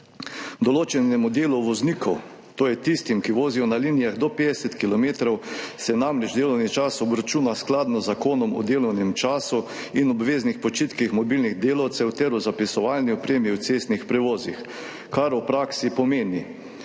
Določenem delu voznikov, to je tistim, ki vozijo na linijah do 50 kilometrov, se namreč delovni čas obračuna v skladu z Zakonom o delovnem času in obveznih počitkih mobilnih delavcev ter o zapisovalni opremi v cestnih prevozih, kar v praksi pomeni,